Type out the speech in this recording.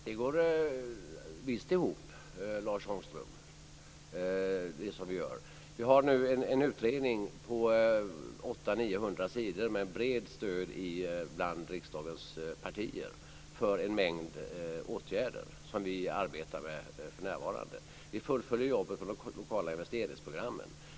Fru talman! Det som vi gör går visst ihop, Lars Ångström. Vi har en utredning på 800-900 sidor - det är ett brett stöd bland riksdagens partier för en mängd åtgärder - som vi arbetar med för närvarande. Vi fullföljer jobben på de lokala investeringsprogrammen.